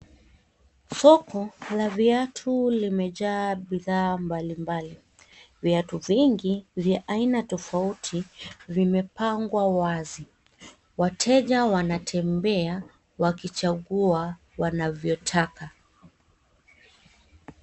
Soko la viatu limejaa bidhaa mbalimbali viatu vingi vya aina tofauti vimepangwa wazi wateja wanatembea wakichangua wanavyotaka.